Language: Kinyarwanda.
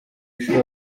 ishuri